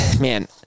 man